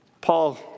Paul